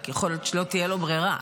רק יכול להיות שלא תהיה לו ברירה.